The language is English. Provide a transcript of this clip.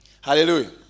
Hallelujah